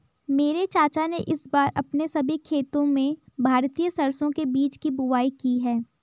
मेरे चाचा ने इस बार अपने सभी खेतों में भारतीय सरसों के बीज की बुवाई की है